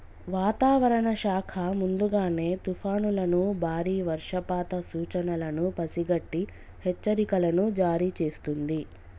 వాతావరణ శాఖ ముందుగానే తుఫానులను బారి వర్షపాత సూచనలను పసిగట్టి హెచ్చరికలను జారీ చేస్తుంది